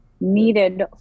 needed